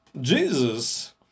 Jesus